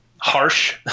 harsh